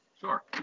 sure